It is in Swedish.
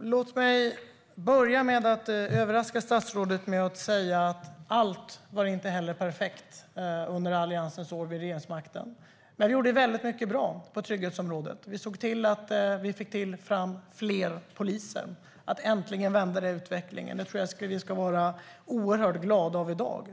Låt mig börja med att överraska statsrådet med att säga att allt inte var perfekt under Alliansens år vid regeringsmakten. Vi gjorde väldigt mycket bra på trygghetsområdet. Vi såg till att få fram fler poliser och att vi äntligen vände utvecklingen. Det ska vi vara oerhört glada över i dag.